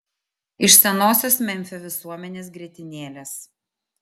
iš senosios memfio visuomenės grietinėlės